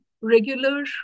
regular